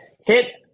hit